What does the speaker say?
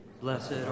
Blessed